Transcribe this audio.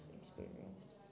experienced